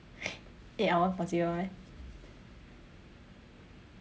eight hours possible meh